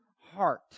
heart